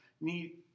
need